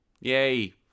Yay